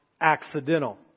accidental